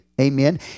Amen